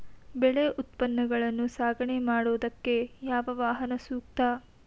ಬೆಳೆ ಉತ್ಪನ್ನಗಳನ್ನು ಸಾಗಣೆ ಮಾಡೋದಕ್ಕೆ ಯಾವ ವಾಹನ ಸೂಕ್ತ?